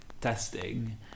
testing